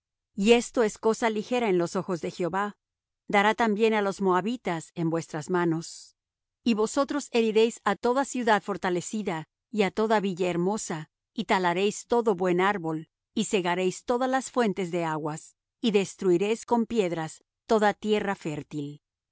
y esto es cosa ligera en los ojos de jehová dará también á los moabitas en vuestras manos y vosotros heriréis á toda ciudad fortalecida y á toda villa hermosa y talaréis todo buen árbol y cegaréis todas las fuentes de aguas y destruiréis con piedras toda tierra fértil